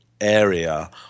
area